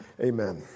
Amen